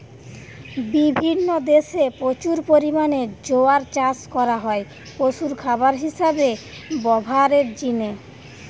বিভিন্ন দেশে প্রচুর পরিমাণে জোয়ার চাষ করা হয় পশুর খাবার হিসাবে ব্যভারের জিনে